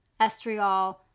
estriol